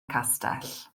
castell